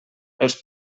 els